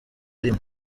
rimwe